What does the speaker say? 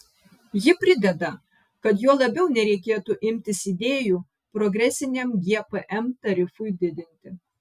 ji prideda kad juo labiau nereikėtų imtis idėjų progresiniam gpm tarifui didinti